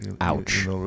ouch